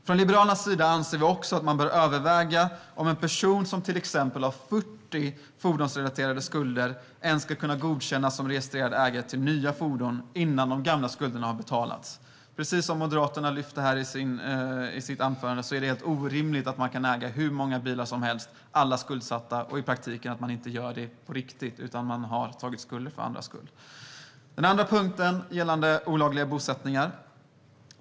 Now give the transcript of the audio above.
Från Liberalernas sida anser vi också att det bör övervägas om en person som till exempel har 40 fordonsrelaterade skulder ens ska kunna godkännas som registrerad ägare till nya fordon innan de gamla skulderna har betalats. Precis som Moderaterna lyfte fram här är det orimligt att man kan äga hur många bilar som helst - alla skuldsatta - när man i praktiken inte äger dem på riktigt utan har tagit skulden för andras skull. Den andra punkten gäller olagliga bosättningar.